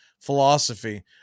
philosophy